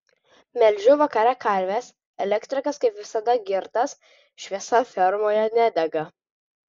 melžiu vakare karves elektrikas kaip visada girtas šviesa fermoje nedega